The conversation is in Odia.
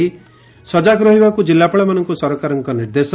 ସଜାଗ ରହିବାକୁ କିଲ୍ଲାପାଳମାନଙ୍କୁ ସରକାରଙ୍କ ନିର୍ଦ୍ଦେଶ